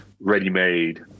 ready-made